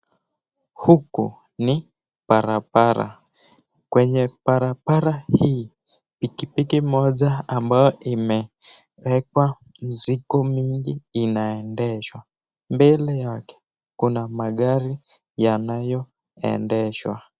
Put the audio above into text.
Huku ni barabara . Kwenye barabara hii pikipiki moja ambayo imeekwa mizigo mingi inaendeshwa mbele yake kuna magari yanayoendeshwa .